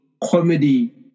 comedy